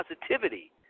positivity